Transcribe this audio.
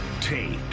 take